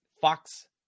Fox